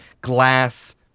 glass